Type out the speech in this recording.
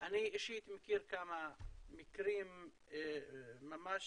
אני אישית מכיר כמה מקרים ממש